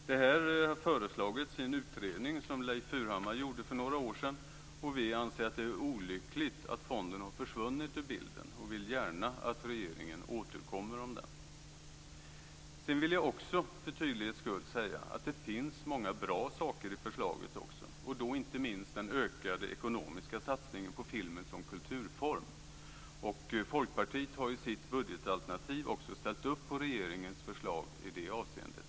Detta har föreslagits i en utredning som Leif Furhammar gjorde för några år sedan. Vi anser att det är olyckligt att fonden har försvunnit ur bilden och vill gärna att regeringen återkommer om den. Sedan vill jag för tydlighets skull säga att det också finns många bra saker i förslaget, inte minst den ökade ekonomiska satsningen på filmen som kulturform. Folkpartiet har i sitt budgetalternativ också ställt upp på regeringens förslag i det avseendet.